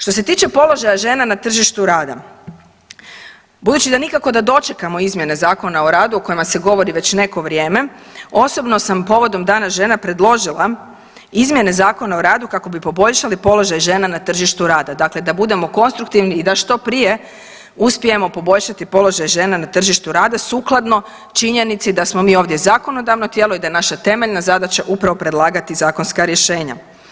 Što se tiče položaja žena na tržištu rada, budući da nikako da dočekamo izmjene Zakona o radu o kojima se govori već neko vrijeme, osobno sam povodom Dana žena predložila izmjene Zakona o radu kako bi poboljšali položaj žena na tržištu rada, dakle da budemo konstruktivni i da što prije uspijemo poboljšati položaj žena na tržištu rada, sukladno činjenici da smo mi ovdje zakonodavno tijelo i da je naša temeljna zadaća upravo predlagati zakonska rješenja.